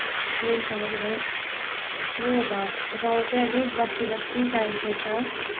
रेन्टमा बसेर मेरो घर गाउँ चाहिँ अलिक बस्तीबस्ती टाइपको छ